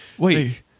Wait